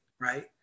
right